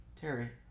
Terry